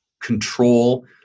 control